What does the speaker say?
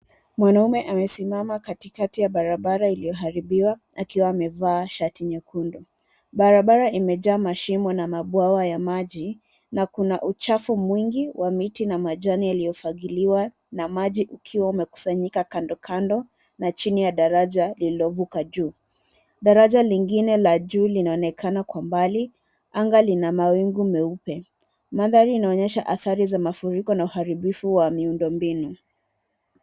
Mwanamume amesimama katikati ya barabara iliyo haribiwa akiwa amevaa shati nyekundu. Barabara imejaa mashimo na mabwawa ya maji na kuna uchafu mwingi wa miti na majani yaliyofagiliwa na maji yakiwa yamekusanyika kandokando na chini ya daraja lililovuka juu. Daraja lingine la juu linaonekana kwa mbali. Anga lina mawingu meupe. Mandhari inayonyesha adhari za mafuriko na uharibifu wa miundombinu.